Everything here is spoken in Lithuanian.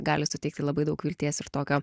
gali suteikti labai daug vilties ir tokio